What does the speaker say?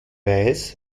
weiß